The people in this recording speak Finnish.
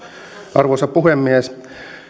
arvoisa puhemies